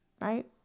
right